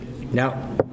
now